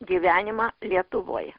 gyvenimą lietuvoj